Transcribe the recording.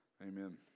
Amen